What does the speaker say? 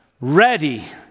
ready